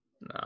No